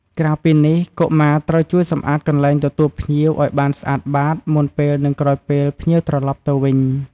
ក្រៅពីនេះ កុមារត្រូវជួយសម្អាតកន្លែងទទួលភ្ញៀវឲ្យបានស្អាតបាត មុនពេល និងក្រោយពេលភ្ញៀវត្រឡប់ទៅវិញ។